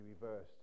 reversed